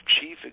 Chief